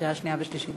לקריאה שנייה ושלישית.